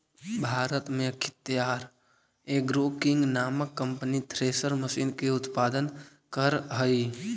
भारत में अख्तियार agro king नामक कम्पनी थ्रेसर मशीन के उत्पादन करऽ हई